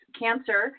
cancer